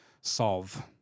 solve